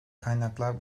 kaynaklar